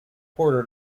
quartered